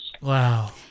Wow